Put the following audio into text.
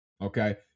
okay